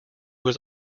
was